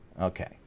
okay